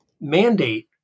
mandate